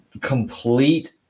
complete –